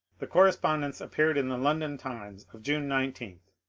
the correspondence appeared in the london times of june nineteen,